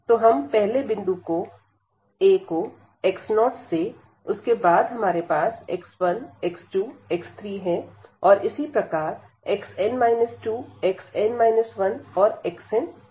तो हम पहले बिंदु को aको x0 से उसके बाद हमारे पास x1 x2 x3 है और इसी प्रकार xn 2 xn 1 और xn